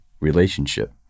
relationship